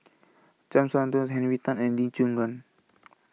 Cham Soon Tao Henry Tan and Lee Choon